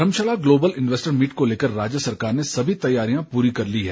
धर्मशाला global investors meet को लेकर राज्य सरकार ने सभी तैयारियां पूरी कर ली हैं